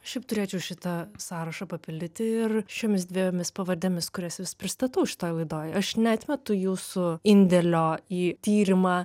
šiaip turėčiau šitą sąrašą papildyti ir šiomis dviejomis pavardėmis kurias vis pristatau šitoj laidoj aš neatmetu jūsų indėlio į tyrimą